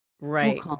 right